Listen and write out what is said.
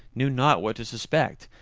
knew not what to suspect,